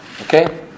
Okay